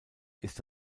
ist